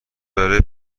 داره